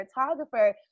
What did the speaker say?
photographer